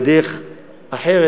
בדרך אחרת,